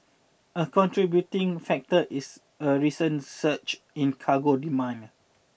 a contributing factor is a recent surge in cargo demand